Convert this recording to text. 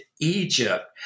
Egypt